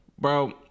Bro